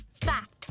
Fact